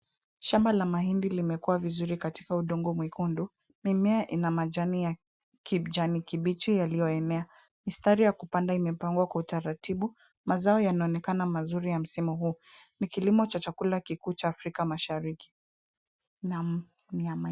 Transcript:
Shamba la mahindi limekuwa vizuri katika udongo mwekundu. Mimea ina majani ya kijani kibichi iliyoenea. Mistari ya kupanda imepangwa kwa utaratibu. Mazao inaonekana mazuri msimu huu. Ni kilimo cha chakula kikuu cha Afrika mashariki.